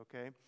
okay